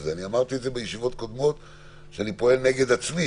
זה ואמרתי בישיבות קודמות שאני פועל נגד עצמנו,